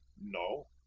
no!